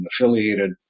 affiliated